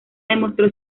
demostró